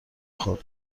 خورد